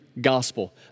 gospel